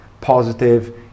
positive